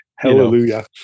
Hallelujah